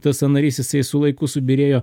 tas sąnarys jisai su laiku subyrėjo